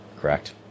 correct